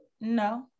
No